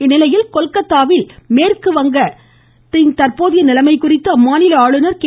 இந்நிலையில் கொல்கத்தாவில் மேற்கு வங்க தற்போதைய நிலைமை குறித்து அம்மாநில ஆளுநர் கே